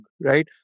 right